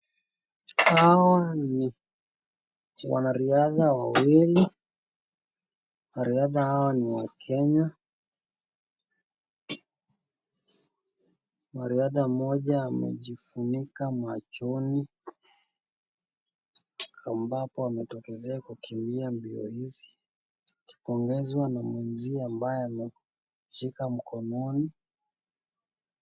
Hawa ni wanariadha wawili. Wanariadha hawa ni wa Kenya .Mwanariadha mmoja amejifunika machoni ambapo ametokezea kukimbia mbio hizi akipongezwa na mwenziwe ambaye amemshika mkononi.